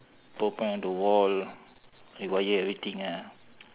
power point on the wall rewire everything ah